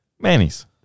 Manny's